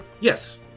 Yes